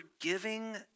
giving